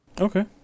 Okay